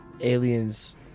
aliens